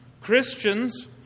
Christians